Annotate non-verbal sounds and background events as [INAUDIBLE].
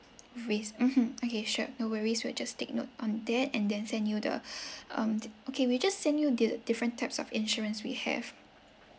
risk mmhmm okay sure no worries we'll just take note on that and then send you the [BREATH] um okay we'll just send you the different types of insurance we have